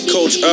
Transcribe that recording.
Coach